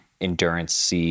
endurance